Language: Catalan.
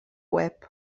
web